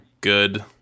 good